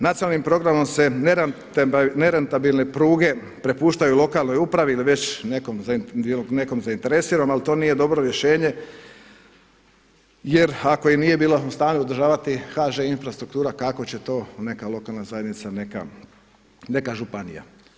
Nacionalnim programom se nerentabilne pruge prepuštaju lokalnoj uprave već nekom zainteresiranom, ali to nije dobro rješenje jer ako i nije bila u stanju održavati HŽ infrastruktura kako će to neka lokalna zajednica, neka županija, neka županija.